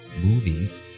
movies